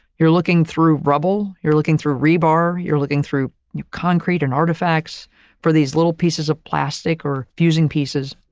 you're looking through rubble, you're looking through rebar, you're looking through concrete, and artifacts for these little pieces of plastic or fusing pieces.